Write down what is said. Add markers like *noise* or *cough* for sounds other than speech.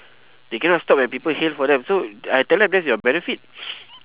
they cannot stop when people hail for them so I tell them that's your benefit *noise*